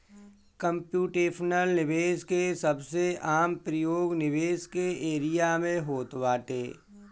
computational निवेश के सबसे आम प्रयोग निवेश के एरिया में होत बाटे